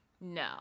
no